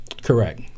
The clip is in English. Correct